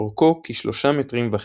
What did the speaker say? אורכו כשלושה מטרים וחצי,